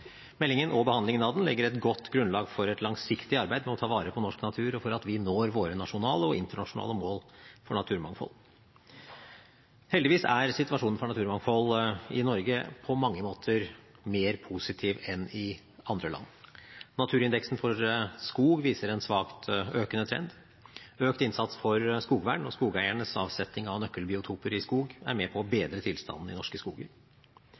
Meldingen og behandlingen av den legger et godt grunnlag for et langsiktig arbeid for å ta vare på norsk natur, og for at vi skal nå våre nasjonale og internasjonale mål for naturmangfold. Heldigvis er situasjonen for naturmangfold i Norge på mange måter mer positiv enn i andre land. Naturindeksen for skog viser en svakt økende trend. Økt innsats for skogvern og skogeiernes avsetting av nøkkelbiotoper i skog er med på å bedre tilstanden i norske skoger.